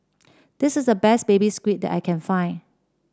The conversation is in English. this is the best Baby Squid that I can find